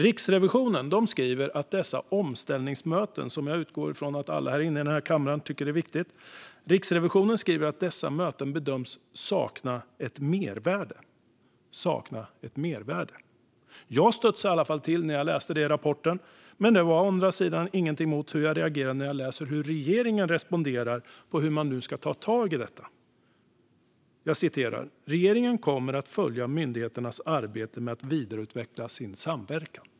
Riksrevisionen skriver att dessa omställningsmöten, som jag utgår från att alla i denna kammare tycker är viktiga, bedöms sakna ett mervärde. Jag studsade till när jag läste detta i rapporten. Men det var å andra sidan inget mot hur jag reagerade när jag sedan läste hur regeringen responderar på hur man nu ska ta tag i detta: "Regeringen kommer att följa myndigheternas arbete med att vidareutveckla sin samverkan."